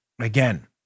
again